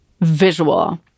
visual